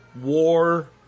war